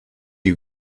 you